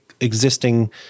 existing